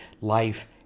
life